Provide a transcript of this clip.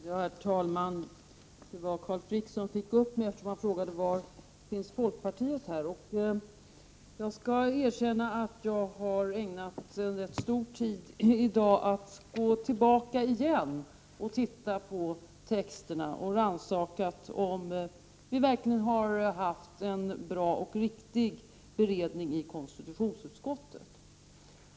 Herr talman! Anledningen till att jag gick upp i denna debatt var att Carl Frick frågade var folkpartiet står i denna fråga. Jag skall erkänna att jag i dag har ägnat en rätt omfattande tid till att på nytt gå tillbaka och studera och rannsaka texterna för att komma fram till om vi verkligen har haft en bra och riktig beredning i konstitutionsutskottet.